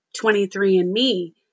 23andMe